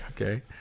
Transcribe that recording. okay